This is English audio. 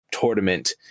tournament